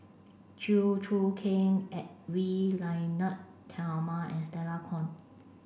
Chew Choo Keng Edwy Lyonet Talma and Stella Kon